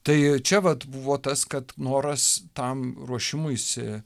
tai čia vat buvo tas kad noras tam ruošimuisi